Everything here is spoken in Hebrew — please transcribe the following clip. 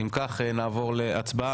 אם כך, נעבור להצבעה.